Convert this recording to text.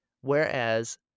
Whereas